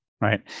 right